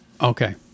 Okay